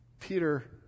Peter